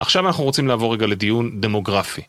עכשיו אנחנו רוצים לעבור רגע לדיון דמוגרפי.